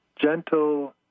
gentle